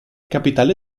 capitale